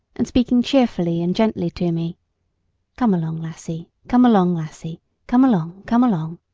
and speaking cheerfully and gently to me come along, lassie, come along, lassie come along, come along